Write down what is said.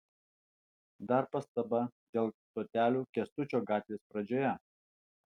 dar pastaba dėl stotelių kęstučio gatvės pradžioje